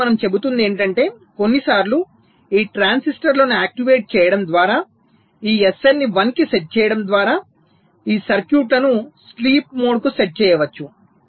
కాబట్టి మనం చెబుతున్నది ఏమిటంటే కొన్నిసార్లు ఈ ట్రాన్సిస్టర్లను యాక్టివేట్ చేయడం ద్వారా ఈ SL ని 1 కి సెట్ చేయడం ద్వారా ఈ సర్క్యూట్ను స్లీప్ మోడ్కు సెట్ చేయవచ్చు